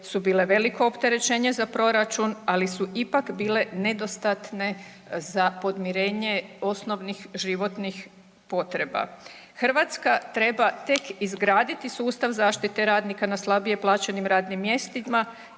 su bile veliko opterećenje za proračun, ali su ipak bile nedostatne za podmirenje osnovnih životnih potreba. Hrvatska treba tek izgraditi sustav zaštite radnika na slabije plaćenim radnim mjestima